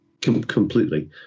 Completely